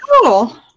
cool